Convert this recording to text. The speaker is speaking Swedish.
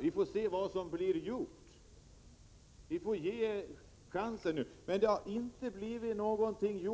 Vi får se vad som blir gjort, men, Kjell Nilsson, det har inte gjorts någonting